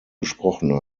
gesprochen